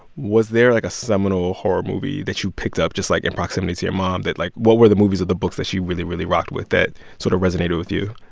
was there, like, a seminal horror movie that you picked up just, like, in proximity to your mom that, like what were the movies of the books that she really, really rocked with that sort of resonated with you?